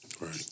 Right